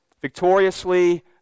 victoriously